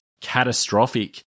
catastrophic